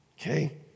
Okay